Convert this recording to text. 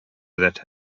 that